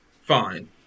fine